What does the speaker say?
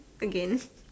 again